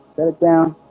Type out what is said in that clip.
shut it down